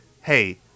hey